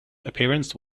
appearance